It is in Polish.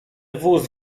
wóz